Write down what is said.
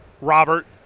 Robert